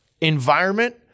environment